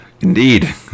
indeed